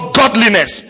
godliness